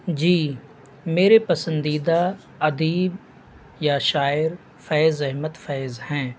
جی میرے پسندیدہ ادیب یا شاعر فیض احمد فیض ہیں